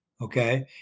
Okay